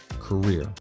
career